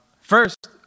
First